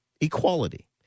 Equality